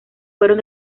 fueron